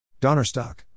Donnerstock